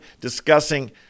discussing